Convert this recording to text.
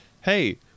hey